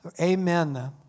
amen